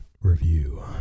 review